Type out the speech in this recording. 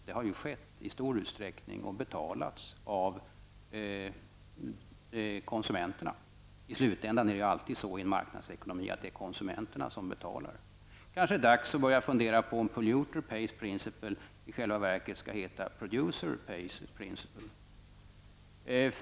Detta sker i stor utsträckning och betalas av konsumenterna. I slutändan är det alltid konsumenterna som betalar i en marknadsekonomi. Det kanske är dags att börja fundera på om inte pollutor based principle i själva verket skall heta producer based principle.